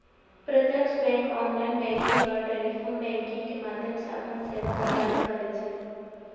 प्रत्यक्ष bank online banking आ telephone banking के माध्यम सं अपन सेवा प्रदान करै छै